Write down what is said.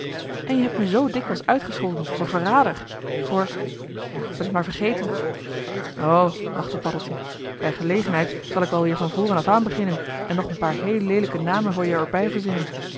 en je hebt me zoo dikwijls uitgescholden voor verrader voor ja k ben t maar vergeten o lachte paddeltje bij gelegenheid zal ik wel weer van voren af aan beginnen en nog een paar heel leelijke namen voor je er bij verzinnen